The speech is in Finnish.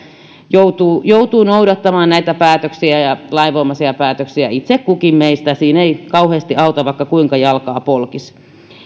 joutuu joutuu noudattamaan näitä päätöksiä ja lainvoimaisia päätöksiä itse kukin meistä siinä ei kauheasti auta vaikka kuinka jalkaa polkisi